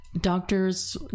doctors